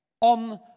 on